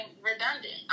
redundant